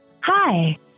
Hi